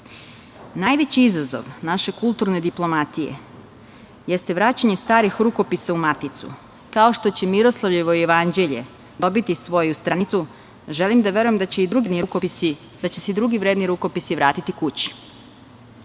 izazov naše kulturne diplomatije jeste vraćanje starih rukopisa u Maticu. Kao što će Miroslavljevo jevanđelje dobiti svoju stranicu, želim da verujem da će se i drugi vredni rukopisi vratiti kući.U